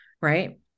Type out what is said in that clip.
right